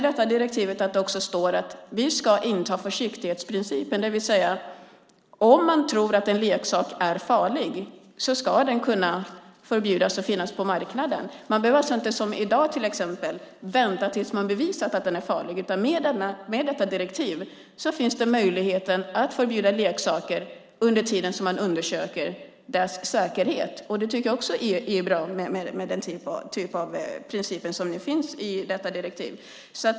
I direktivet står det att vi ska inta försiktighetsprincipen, det vill säga att om man tror att en leksak är farlig ska den kunna förbjudas på marknaden. Man behöver alltså inte som i dag vänta tills det är bevisat att den är farlig, utan med detta direktiv finns möjligheten att förbjuda leksaker under tiden som man undersöker deras säkerhet. Det tycker jag också är bra med den typ av princip som nu finns i detta direktiv.